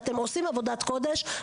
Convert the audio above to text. ואתם עושים עבודת קודש,